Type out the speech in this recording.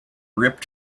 ripped